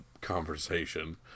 conversation